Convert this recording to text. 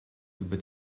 über